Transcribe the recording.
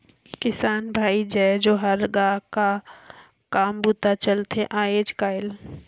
किसान भाई जय जोहार गा, का का काम बूता चलथे आयज़ कायल?